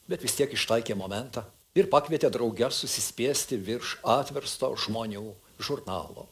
bet vis tiek ištaikė momentą ir pakvietė drauge susispiesti virš atversto žmonių žurnalo